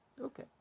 Okay